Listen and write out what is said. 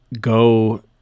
go